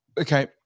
okay